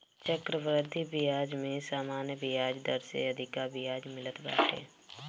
चक्रवृद्धि बियाज में सामान्य बियाज दर से अधिका बियाज मिलत बाटे